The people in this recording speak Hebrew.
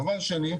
דבר שני,